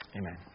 amen